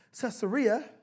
Caesarea